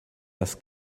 das